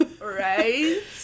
Right